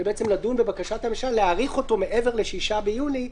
לדון בבקשת הממשלה להאריך את מצב החירום מעבר ל-6 ביולי,